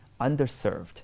underserved